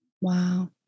Wow